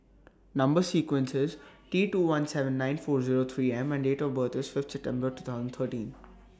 Number sequence IS T two one seven nine four Zero three M and Date of birth IS Fifth September two thousand thirteen